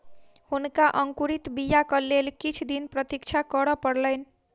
हुनका अंकुरित बीयाक लेल किछ दिन प्रतीक्षा करअ पड़लैन